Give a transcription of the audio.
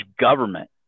government